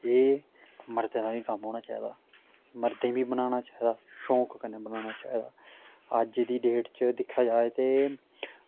एह् मरदें दा बी कम्म होना चाहिदा मरदें गी बी बनाना चाहिदा शौक कन्नै बनाना चाहिदा अज्ज दी डेट च दिक्खेआ जाए ते